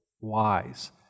wise